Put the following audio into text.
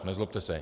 Nezlobte se.